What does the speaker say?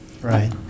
Right